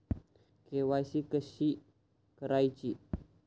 KYC कशी करायची?